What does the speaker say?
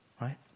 right